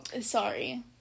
sorry